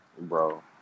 bro